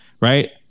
right